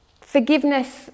forgiveness